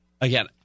again